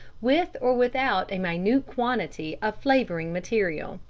with or without a minute quantity of flavouring material.